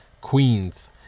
Queens